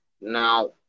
Now